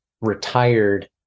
retired